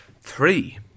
Three